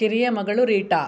ಕಿರಿಯ ಮಗಳು ರೀಟಾ